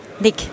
Nick